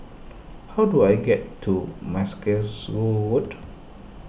how do I get to Mackerrow Road